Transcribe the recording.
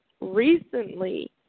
recently